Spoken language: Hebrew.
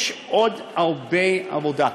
יש עוד הרבה עבודה.